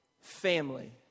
family